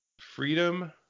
freedom